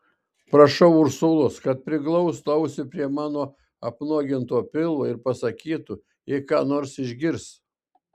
prašau ursulos kad priglaustų ausį prie mano apnuoginto pilvo ir pasakytų jei ką nors išgirs